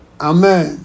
Amen